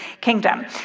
kingdom